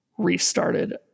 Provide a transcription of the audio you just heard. restarted